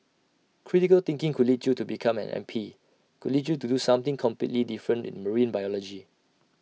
critical thinking could lead you to become an M P could lead you to do something completely different in marine biology